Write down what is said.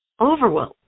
overwhelm